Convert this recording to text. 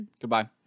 Goodbye